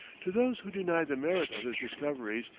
to those who denied the merit of his discoveries,